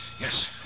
Yes